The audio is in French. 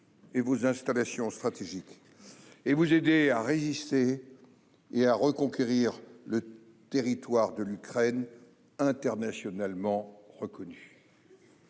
et vos installations stratégiques, et pour vous aider à résister et à reconquérir le territoire de l'Ukraine internationalement reconnu.